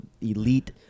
elite